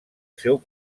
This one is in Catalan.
seu